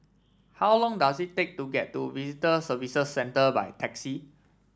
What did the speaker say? how long does it take to get to Visitor Services Centre by taxi